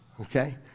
okay